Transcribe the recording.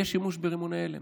יהיה שימוש ברימוני הלם.